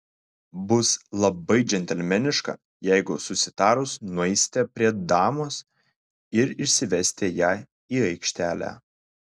bus labai džentelmeniška jeigu susitarus nueisite prie damos ir išsivesite ją į aikštelę